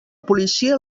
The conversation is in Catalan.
policia